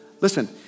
Listen